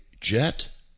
jet